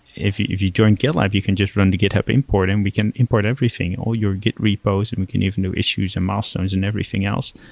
if you you joined gitlab, you can just run to github import and we can import everything, all your git repos and we can even do issues and milestones and everything else.